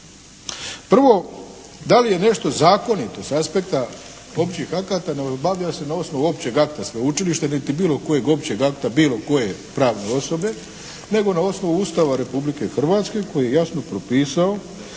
Prvo, da li je nešto zakonito s aspekta općih akata ne obavlja se na osnovu općeg akta sveučilišta niti bilo kojeg općeg akta bilo koje pravne osobe, nego na osnovu Ustava Republike Hrvatske koji je jasno propisao